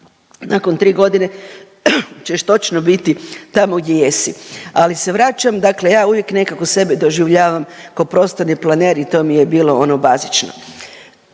nakon tri godine ćeš točno biti tamo gdje jesi. Ali se vraćam, dakle ja uvijek nekako sebe doživljavam kao prostorni planer i to mi je bilo ono bazično.